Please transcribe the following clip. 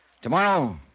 Tomorrow